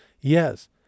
Yes